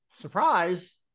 Surprise